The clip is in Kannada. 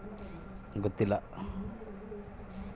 ಹಿಂಗಾರು ಋತುವಿನಲ್ಲಿ ಯಾವ ಯಾವ ಬೆಳೆ ಬಿತ್ತಬಹುದು?